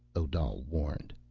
odal warned.